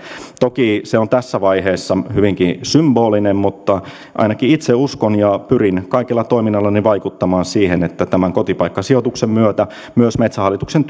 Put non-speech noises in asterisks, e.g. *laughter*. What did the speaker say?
toki se on tässä vaiheessa hyvinkin symbolinen mutta ainakin itse uskon ja pyrin kaikella toiminnallani vaikuttamaan siihen että tämän kotipaikkasijoituksen myötä myös metsähallituksen *unintelligible*